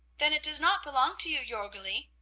then it does not belong to you, jorgli.